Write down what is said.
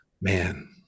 man